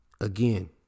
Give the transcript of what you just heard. again